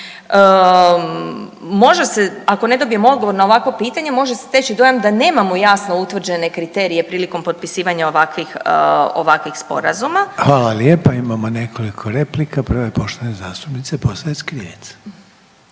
Može se, ako ne dobijemo odgovor na ovakvo pitanje, može se steći dojam da nemamo jasno utvrđene kriterije prilikom potpisivanja ovakvih sporazuma. **Reiner, Željko (HDZ)** Hvala lijepo, imamo nekoliko replika. Prva je poštovane zastupnice Posavec-Krivec.